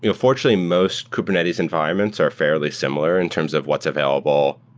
ah fortunately, most kubernetes environments are fairly similar in terms of what's available.